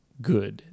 good